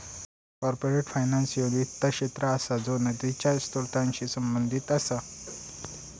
corporate finance ह्यो वित्त क्षेत्र असा ज्यो निधीच्या स्त्रोतांशी संबंधित असा